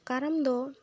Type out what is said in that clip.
ᱠᱟᱨᱟᱢ ᱫᱚ